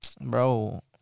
Bro